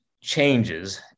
changes